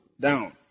down